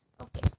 okay